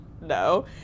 No